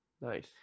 Nice